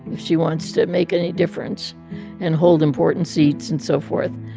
if she wants to make any difference and hold important seats and so forth,